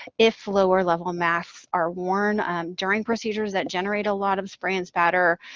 if lower level masks are worn during procedures that generate a lot of spray and spatter,